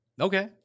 Okay